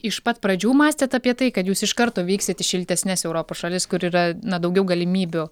iš pat pradžių mąstėt apie tai kad jūs iš karto vyksit į šiltesnes europos šalis kur yra na daugiau galimybių